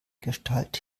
gestalt